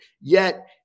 Yet-